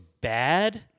bad